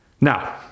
now